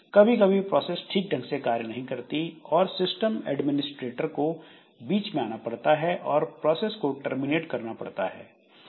कभी कभी प्रोसेस ठीक ढंग से कार्य नहीं करती और सिस्टम एडमिनिस्ट्रेटर को बीच में आना पड़ता है और प्रोसेस को टर्मिनेट करना पड़ता है